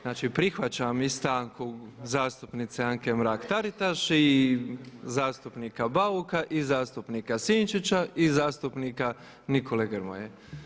Znači prihvaćam i stanku zastupnice Anke Mrak-Taritaš i zastupnika Bauka i zastupnika Sinčića i zastupnika Nikole Grmoje.